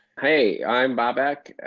hey, i'm bobak.